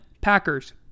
Packers